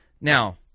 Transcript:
Now